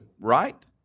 right